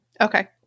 Okay